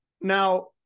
Now